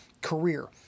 career